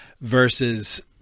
versus